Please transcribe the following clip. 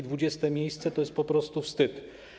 20 miejsce to jest po prostu wstyd.